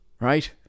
right